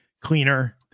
cleaner